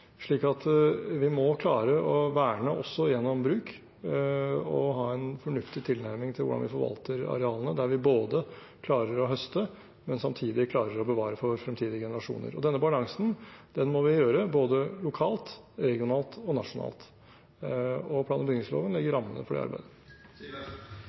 Vi må klare å verne også gjennom bruk og ha en fornuftig tilnærming til hvordan vi forvalter arealene, der vi både klarer å høste og samtidig klarer å bevare for fremtidige generasjoner. Og denne balansen må vi finne både lokalt, regionalt og nasjonalt. Plan- og bygningsloven legger